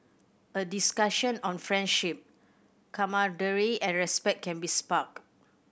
a discussion on friendship camaraderie and respect can be sparked